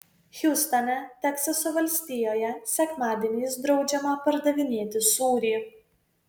hjustone teksaso valstijoje sekmadieniais draudžiama pardavinėti sūrį